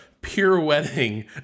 pirouetting